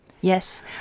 Yes